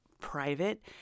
private